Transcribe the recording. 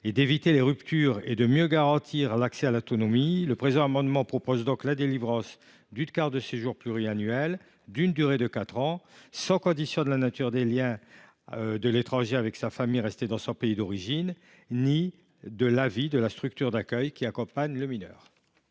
d’éviter les ruptures et de mieux garantir l’accès à l’autonomie, le présent amendement a pour objet la délivrance d’une carte de séjour pluriannuelle, d’une durée de quatre ans, sans la condition de la nature des liens de l’étranger avec sa famille restée dans le pays d’origine ni la condition de l’avis de la structure d’accueil qui accompagne le mineur.